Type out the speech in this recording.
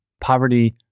poverty